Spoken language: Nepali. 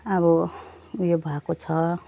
अब उयो भएको छ